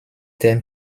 term